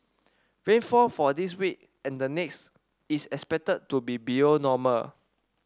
rainfall for this week and the next is expected to be below normal